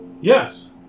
Yes